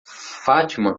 fatima